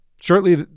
shortly